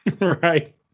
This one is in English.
Right